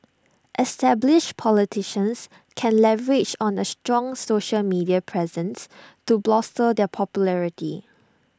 established politicians can leverage on A strong social media presence to bolster their popularity